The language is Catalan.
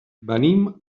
venim